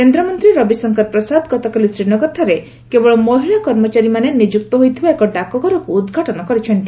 କେନ୍ଦ୍ରମନ୍ତ୍ରୀ ରବିଶଙ୍କର ପ୍ରସାଦ ଗତକାଲି ଶ୍ରୀନଗରଠାରେ କେବଳ ମହିଳା କର୍ମଚାରୀମାନେ ନିଯୁକ୍ତ ହୋଇଥିବା ଏକ ଡାକଘରକୁ ଉଦ୍ଘାଟନ କରିଛନ୍ତି